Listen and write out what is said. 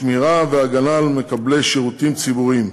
שמירה והגנה על מקבלי שירותים ציבוריים,